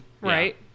Right